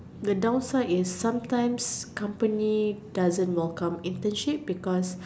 the downside is sometimes company doesn't welcome internship because